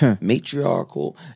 matriarchal